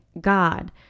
God